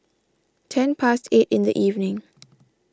ten past eight in the evening